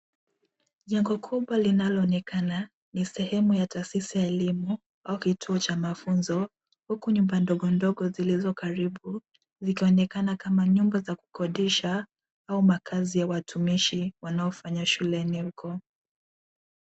Jengo kubwa linaloonekana ni sehemu ya tasisi ya elimu au kituo cha mafunzo, huku nyumba ndogondogo zilizo karibu zikionekana kama nyumba za kukodisha au makaazi ya watumishi wanaofanya shuleni huko.